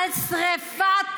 על שרפת